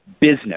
business